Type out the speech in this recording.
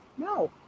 No